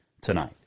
tonight